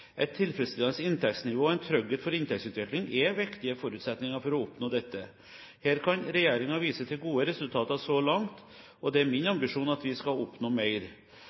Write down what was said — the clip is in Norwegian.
Et tilfredsstillende inntektsnivå og en trygghet for inntektsutvikling er viktige forutsetninger for å oppnå dette. Her kan regjeringen vise til gode resultater så langt, og det er min ambisjon at vi skal oppnå mer.